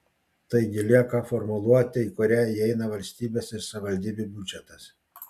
taigi lieka formuluotė į kurią įeina valstybės ir savivaldybių biudžetas